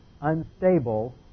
unstable